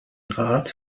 rad